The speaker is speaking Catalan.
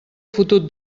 fotut